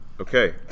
Okay